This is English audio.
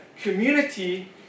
community